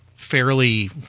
fairly